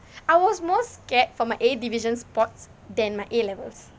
I was most scared for my A division sports than my A levels